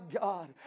God